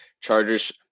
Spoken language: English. Chargers